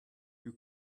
you